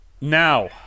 Now